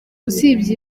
usibye